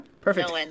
Perfect